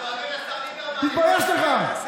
תתבייש לך.